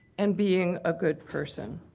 and being a good person.